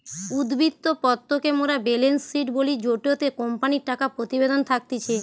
উদ্ধৃত্ত পত্র কে মোরা বেলেন্স শিট বলি জেটোতে কোম্পানির টাকা প্রতিবেদন থাকতিছে